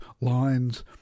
lines